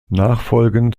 nachfolgend